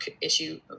issue